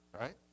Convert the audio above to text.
right